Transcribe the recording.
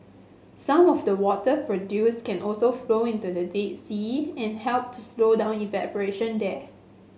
some of the water produced can also flow into the Dead Sea and help to slow down evaporation there